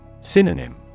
Synonym